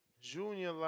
Junior